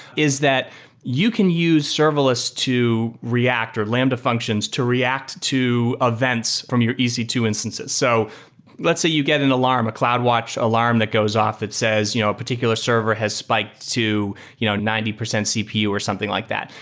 is that you can use serverless to react or lambda functions to react to events from your e c two instances. so let's see you get an alarm, a cloudwatch alarm that goes off that says you know a particular server has spiked to you know ninety percent cpu or something like that.